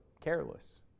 careless